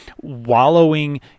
wallowing